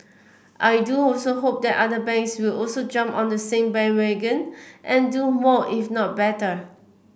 I do also hope that other banks will also jump on the same bandwagon and do more if not better